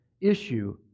issue